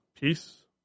Peace